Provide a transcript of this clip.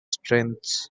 strengths